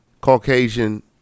Caucasian